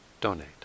donate